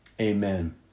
amen